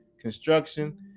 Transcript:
construction